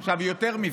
עכשיו, יותר מזה,